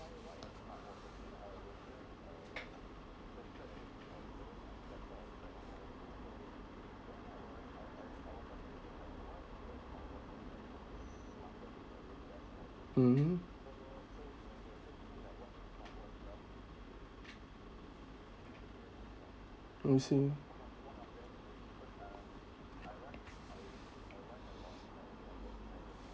mmhmm I see